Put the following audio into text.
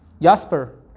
jasper